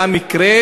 כנראה היה מקרה